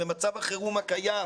במצב החירום הקיים